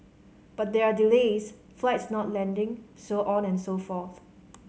but there are delays flights not landing so on and so forth